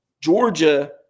Georgia